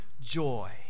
joy